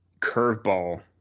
curveball